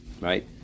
right